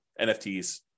NFTs